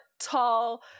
tall